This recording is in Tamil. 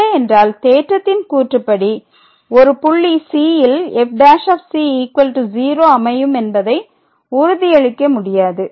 இல்லை என்றால் தேற்றத்தின் கூற்றுப்படி ஒரு புள்ளி c ல் f" 0 அமையும் என்பதை உறுதியளிக்க முடியாது